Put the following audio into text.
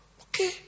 Okay